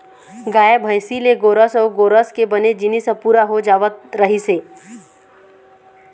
गाय, भइसी ले गोरस अउ गोरस के बने जिनिस ह पूरा हो जावत रहिस हे